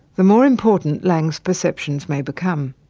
the more important laing's perceptions may become.